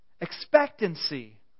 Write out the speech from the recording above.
Expectancy